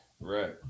right